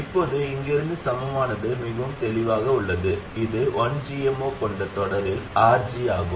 இப்போது இங்கிருந்து சமமானது மிகவும் தெளிவாக உள்ளது இது 1gm0 கொண்ட தொடரில் RG ஆகும்